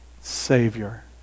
Savior